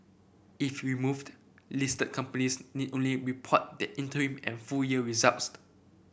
if removed listed companies need only report their interim and full year results